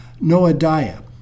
Noadiah